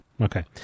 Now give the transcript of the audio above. Okay